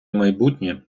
майбутнє